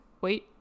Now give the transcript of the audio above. wait